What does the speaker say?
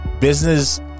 business